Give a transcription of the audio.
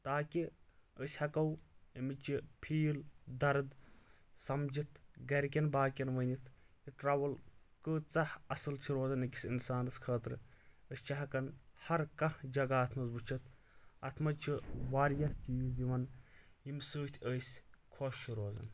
تاکہٕ أسۍ ہیکو امچ یہِ فیٖل درد سمجتھ گرِکٮ۪ن باقین ؤنتھ یہِ ٹریٚول کۭژاہ اصل چھِ روزان اکس انسانس خٲطرٕ أسۍ چھِ ہیکان ہر کانہہ جگہہ اتھ منٛز وُچھتھ اتھ منٛز چھِ واریاہ چیٖز یوان یمہٕ سۭتۍ أسۍ خۄش چھِ روزان